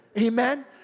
Amen